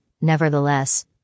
nevertheless